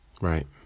right